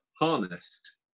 Harnessed